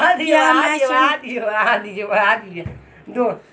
क्या मैं ऋण चुकौती कम कर सकता हूँ?